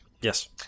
yes